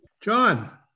John